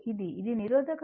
ఇది నిరోధక సర్క్యూట్